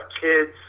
kids